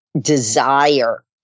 desire